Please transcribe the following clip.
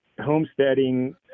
homesteading